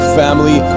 family